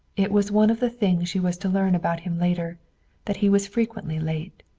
it was one of the things she was to learn about him later that he was frequently late.